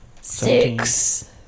Six